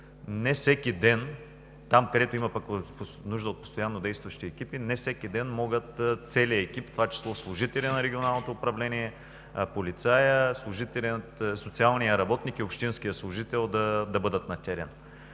не всеки ден там, където пък има нужда от постоянно действащи екипи, могат целият екип, в това число служителят на Регионалното управление, полицаят, социалният работник и общинският служител, да бъдат на терен.